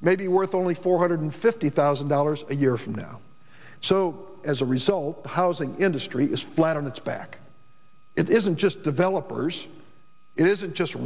may be worth only four hundred fifty thousand dollars a year from now so as a result the housing industry is flat on its back it isn't just developers it isn't just